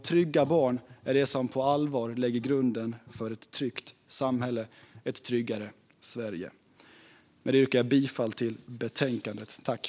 Trygga barn är det som på allvar lägger grunden för ett tryggt samhälle och ett tryggare Sverige. Jag yrkar bifall till utskottets förslag.